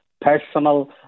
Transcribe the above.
personal